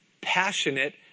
passionate